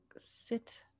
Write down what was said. sit